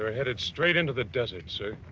ah headed straight into the desert, sir.